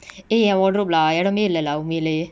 eh eh wardrobe lah எடமே இல்ல:edame illa lah உண்மைலயே:unmailaye